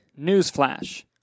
Newsflash